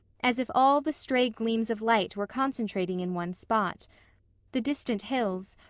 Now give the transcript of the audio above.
as if all the stray gleams of light were concentrating in one spot the distant hills,